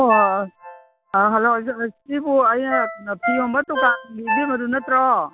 ꯑꯣ ꯍꯜꯂꯣ ꯁꯤꯕꯨ ꯑꯩꯅ ꯐꯤ ꯌꯣꯟꯕ ꯗꯨꯀꯥꯟꯒꯤ ꯏꯕꯦꯝꯃꯗꯨ ꯅꯠꯇ꯭ꯔꯣ